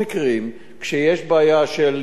שיש בעיה של כיסא גלגלים,